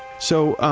so,